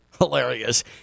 Hilarious